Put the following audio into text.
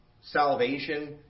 salvation